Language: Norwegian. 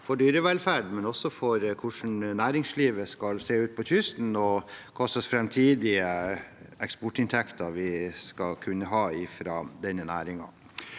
for dyrevelferden, men også for hvordan næringslivet skal se ut på kysten, og hva slags framtidige eksportinntekter vi skal kunne ha fra denne næringen.